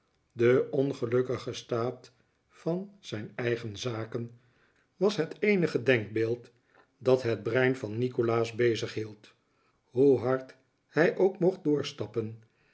de ongelukkige staat van zijn eigen zaken was het eenige denkbeeld dat het brein van nikolaas bezighield hoe hard hij ook mocht doorstappen